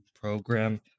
program